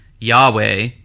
Yahweh